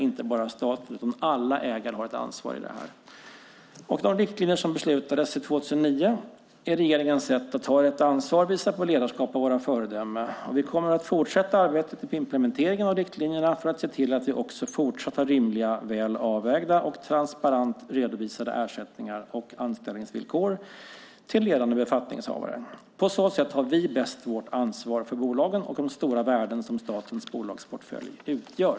Inte bara staten utan alla ägare har ett ansvar i det här sammanhanget. De riktlinjer som beslutades 2009 är regeringens sätt att ta detta ansvar, att visa på ledarskap och att vara ett föredöme. Vi kommer att fortsätta arbetet med implementeringen av riktlinjerna för att se till att vi också fortsatt har rimliga, väl avvägda och transparent redovisade ersättningar och anställningsvillkor avseende ledande befattningshavare. På så sätt tar vi bäst vårt ansvar för bolagen och för de stora värden som statens bolagsportfölj utgör.